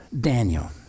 Daniel